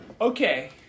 Okay